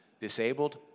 disabled